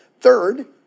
Third